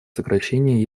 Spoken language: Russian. сокращения